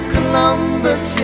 Columbus